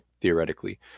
theoretically